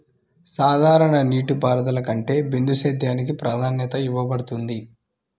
సాధారణ నీటిపారుదల కంటే బిందు సేద్యానికి ప్రాధాన్యత ఇవ్వబడుతుంది